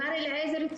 מר אליעזר,